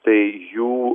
tai jų